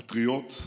פטריוט,